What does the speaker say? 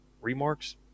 Remarks